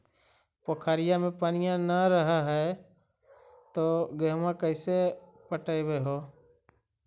पोखरिया मे पनिया न रह है तो गेहुमा कैसे पटअब हो?